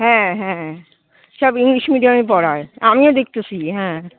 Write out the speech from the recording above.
হ্যাঁ হ্যাঁ সব ইংলিশ মিডিয়ামে পড়ায় আমিও দেকতেসি হ্যাঁ